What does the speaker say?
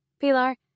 Pilar